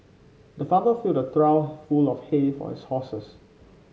the farmer filled a trough full of hay for his horses